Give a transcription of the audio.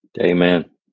Amen